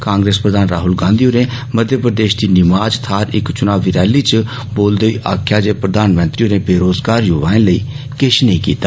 कांग्रेस प्रधान राहुल गांधी होरें मध्यप्रदेष दी नीमा थाहर इक चुनावी रैली च बोलदे होई आक्खेआ जे प्रधानमंत्री होरें बेरोजगार युवाएं लेई किष नी कीता